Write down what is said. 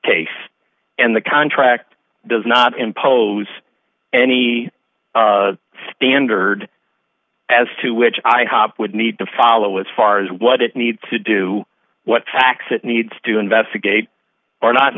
case and the contract does not impose any standard as to which i hop would need to follow as far as what it needs to do what facts it needs to investigate or not